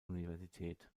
universität